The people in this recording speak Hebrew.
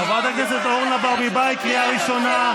חברת הכנסת שיר, קריאה שנייה.